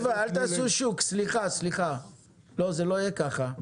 חבר'ה, אל תעשו שוק, סליחה, זה לא יהיה כך.